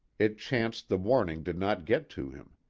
it chanced the warning did not get to him.